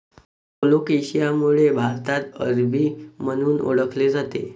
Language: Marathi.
कोलोकेशिया मूळ भारतात अरबी म्हणून ओळखले जाते